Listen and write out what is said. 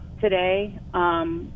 today